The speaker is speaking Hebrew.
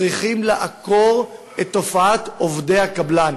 צריכים לעקור את תופעת עובדי הקבלן.